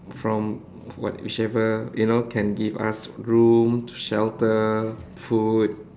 from what whichever you know can give us room shelter food